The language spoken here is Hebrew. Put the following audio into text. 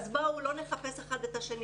אז בואו לא נחפש אחד את השני,